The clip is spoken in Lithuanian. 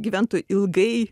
gyventų ilgai